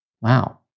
wow